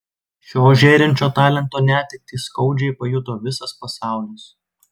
šio žėrinčio talento netektį skaudžiai pajuto visas pasaulis